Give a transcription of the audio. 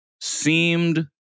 seemed